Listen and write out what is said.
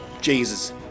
Jesus